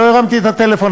לא הרמתי את הטלפון,